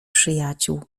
przyjaciół